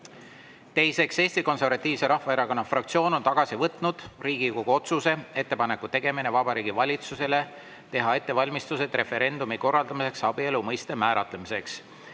Teiseks, Eesti Konservatiivse Rahvaerakonna fraktsioon on tagasi võtnud Riigikogu otsuse "Ettepaneku tegemine Vabariigi Valitsusele teha ettevalmistused referendumi korraldamiseks abielu mõiste määratlemiseks"